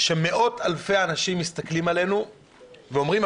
שמאות אלפי אנשים מסתכלים עלינו ואומרים: